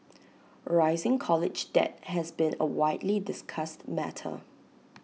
rising college debt has been A widely discussed matter